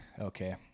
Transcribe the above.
okay